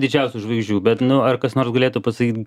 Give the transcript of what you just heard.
didžiausių žvaigždžių bet nu ar kas nors galėtų pasakyt